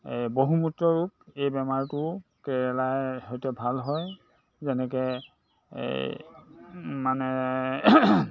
এই বহুমূত্ৰ ৰোগ এই বেমাৰটো কেৰেলাৰ সৈতে ভাল হয় যেনেকে এই মানে